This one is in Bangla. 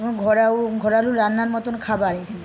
ঘোরাও ঘরালু রান্নার মতন খাবার এখানে